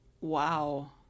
Wow